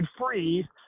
free